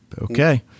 okay